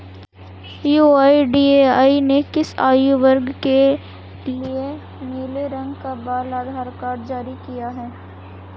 UIDAI ने किस आयु वर्ग के लिए नीले रंग का बाल आधार कार्ड जारी किया है?